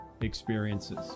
experiences